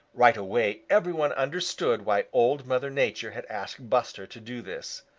right away every one understood why old mother nature had asked buster to do this.